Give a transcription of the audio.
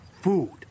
Food